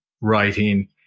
writing